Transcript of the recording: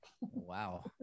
Wow